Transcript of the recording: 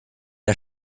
der